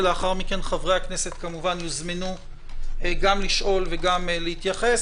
ולאחר מכן חברי הכנסת כמובן יוזמנו גם לשאול וגם להתייחס